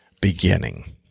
beginning